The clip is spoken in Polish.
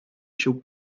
się